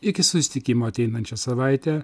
iki susitikimo ateinančią savaitę